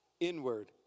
inward